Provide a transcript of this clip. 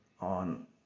on